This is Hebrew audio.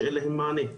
שאין להם מענה.